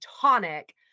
tonic